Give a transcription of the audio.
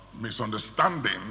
misunderstanding